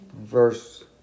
Verse